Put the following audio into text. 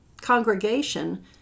congregation